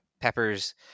Pepper's